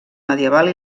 medieval